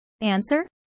Answer